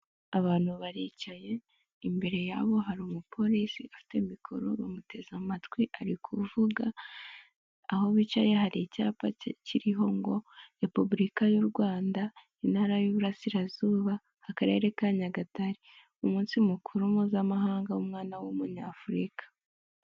Abantu baricaye, imbere yabo hari umupolisi afite mikoro bamuteze amatwi ari kuvuga, aho bicaye hari icyapa kiriho ngo: "Repubulika y'u Rwanda, Intara y'Iburarasirazuba, Akarere ka Nyagatare, umunsi mukuru mpuzamahanga w'umwana w'Umunyafurika."